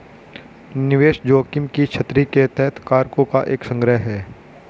निवेश जोखिम की छतरी के तहत कारकों का एक संग्रह है